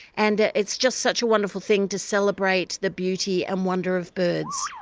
and it's just such a wonderful thing to celebrate the beauty and wonder of birds.